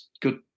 good